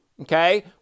Okay